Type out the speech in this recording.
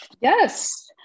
Yes